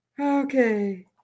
Okay